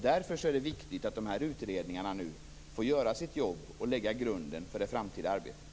Därför är det viktigt att de här utredningarna får göra sitt jobb och lägga grunden för det framtida arbetet.